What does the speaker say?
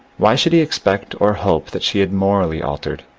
why should he expect or hope that she had morally altered?